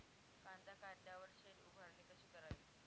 कांदा काढल्यावर शेड उभारणी कशी करावी?